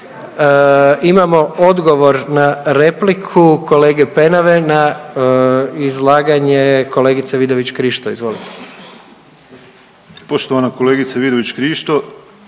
Imamo odgovor na repliku kolege Penave na izlaganje kolegice Vidović Krišto,